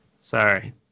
Sorry